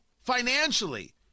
financially